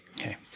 Okay